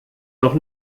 noch